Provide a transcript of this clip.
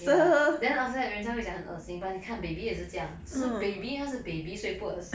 ya then after that 人家会讲很恶心 but 你看 baby 也是这样是 baby 他是 baby 才不恶心